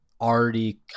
already